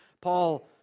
Paul